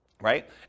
right